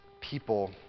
people